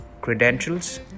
credentials